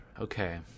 Okay